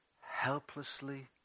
helplessly